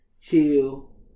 chill